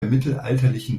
mittelalterlichen